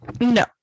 No